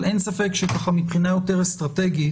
אבל אין ספק שמבחינה יותר אסטרטגית